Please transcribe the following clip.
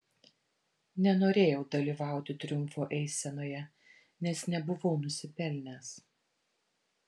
nenorėjau dalyvauti triumfo eisenoje nes nebuvau nusipelnęs